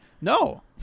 no